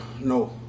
No